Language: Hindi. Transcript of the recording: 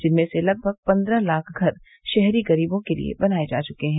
जिसमें से लगभग पन्द्रह लाख घर शहरी गरीबों के लिये बनाये जा चुके हैं